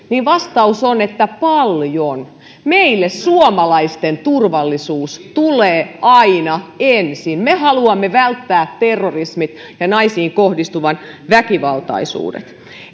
vastaus on että paljon meille suomalaisten turvallisuus tulee aina ensin me haluamme välttää terrorismin ja naisiin kohdistuvan väkivaltaisuuden